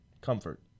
comfort